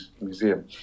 Museum